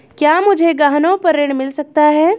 क्या मुझे गहनों पर ऋण मिल सकता है?